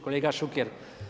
Kolega Šuker.